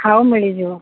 ଥାଉ ମିଳିଯିବ